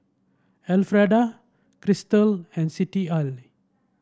Elfreda Krystal and Citlalli